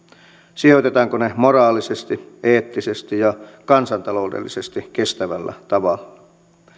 sijoitetaanko ne moraalisesti eettisesti ja kansantaloudellisesti kestävällä tavalla